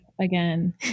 again